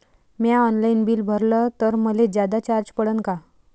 म्या online bill भरलं तर मले जादा चार्ज पडन का?